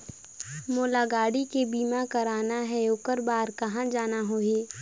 मोला गाड़ी के बीमा कराना हे ओकर बार कहा जाना होही?